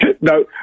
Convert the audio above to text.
No